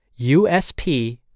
USP